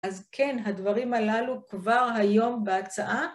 אז כן, הדברים הללו כבר היום בהצעה.